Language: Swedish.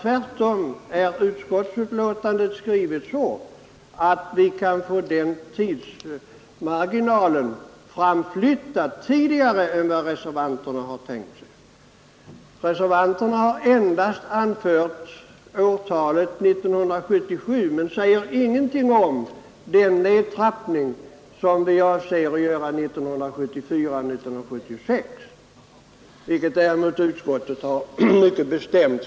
Tvärtom är utskottsbetänkandet skrivet så att vi kan få skärpningen framflyttad till en tidigare tidpunkt än vad reservanterna har tänkt sig. Reservanterna har endast anfört årtalet 1975 men säger ingenting om den nedtrappning som man avser att göra 1974—1976 vilket däremot utskottet räknat med.